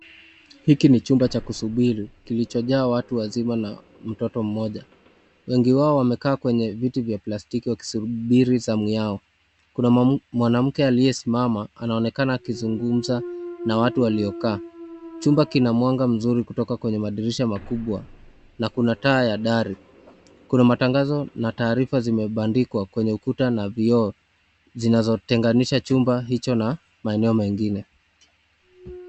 Hiki ni chumba cha kusubiri kilicho jaa watu wazima na mtoto mmoja wengi wao wamekaa kwenye viti vya plastiki wakisubiri zamu yao kuna mwanamke aliyesimama anaonekana akizungumza na watu waliokaa. Chumba kina mwanga mzuri kutoka kwenye madirisha makubwa na kuna taa ya dari kuna matangazo na taarifa zimebandikwa kwenye ukuta na vioo zinazotenganisha kuta na maeneo mengine.